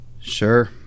Sure